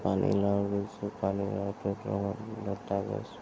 পানীলাও ৰুইছোঁ পানীলাওটো লতা গছ